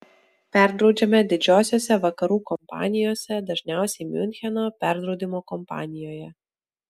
perdraudžiame didžiosiose vakarų kompanijose dažniausiai miuncheno perdraudimo kompanijoje